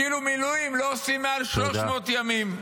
כאילו לא עושים מעל 300 ימים מילואים.